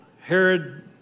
Herod